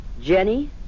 Jenny